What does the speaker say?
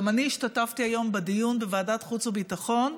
גם אני השתתפתי היום בדיון בוועדת חוץ וביטחון.